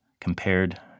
compared